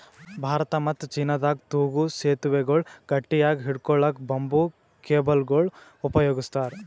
ಭಾರತ ಮತ್ತ್ ಚೀನಾದಾಗ್ ತೂಗೂ ಸೆತುವೆಗಳ್ ಗಟ್ಟಿಯಾಗ್ ಹಿಡ್ಕೊಳಕ್ಕ್ ಬಂಬೂ ಕೇಬಲ್ಗೊಳ್ ಉಪಯೋಗಸ್ತಾರ್